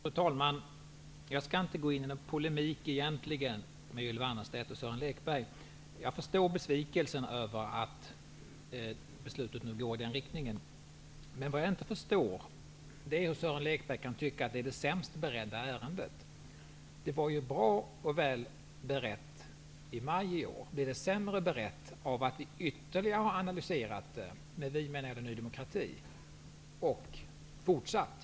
Fru talman! Jag tänker inte gå in i någon egentlig polemik med Ylva Annerstedt och Sören Lekberg. Jag förstår besvikelsen över förslagets inriktning. Vad jag däremot inte förstår är att Sören Lekberg kan tycka att ärendet är det sämst beredda. Det var ju väl berett i maj i år. Blir det sämre berett av att Ny demokrati ytterligare analyserar förslaget?